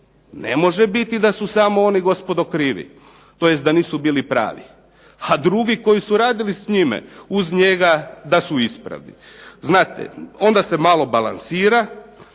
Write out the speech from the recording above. Ne može biti da su samo oni, gospodo, krivi. Tj. da nisu bili pravi. A drugi koji su radili s njime, uz njega da su ispravni. Znate, onda se malo balansira,